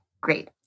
great